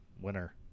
winner